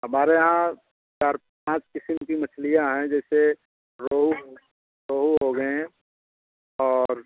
हमारे यहाँ चार पाँच किस्म की मछलियाँ हैं जैसे रोहू रोहू हो गए हैं और